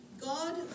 God